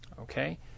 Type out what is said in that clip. Okay